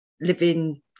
living